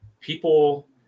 people